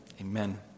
Amen